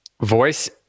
Voice